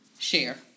Share